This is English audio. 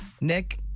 Nick